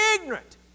ignorant